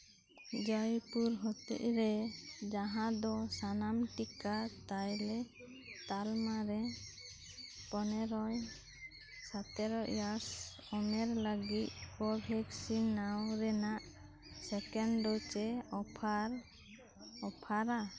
ᱡᱚᱭᱯᱩᱨ ᱦᱚᱛᱮᱜ ᱨᱮ ᱡᱟᱦᱟᱸ ᱫᱚ ᱥᱟᱱᱟᱢ ᱴᱤᱠᱟ ᱛᱟᱭᱞᱮ ᱛᱟᱞᱢᱟᱨᱮ ᱯᱚᱱᱮᱨᱚ ᱥᱟᱛᱮᱨᱚ ᱤᱭᱟᱨᱥ ᱩᱢᱮᱨ ᱞᱟᱹᱜᱤᱫ ᱠᱳᱵᱷᱮᱠᱥᱤᱱ ᱱᱟᱣ ᱨᱮᱱᱟᱜ ᱥᱮᱠᱮᱱᱰ ᱰᱳᱡᱮ ᱚᱯᱷᱟᱨ ᱚᱯᱷᱟᱨᱟ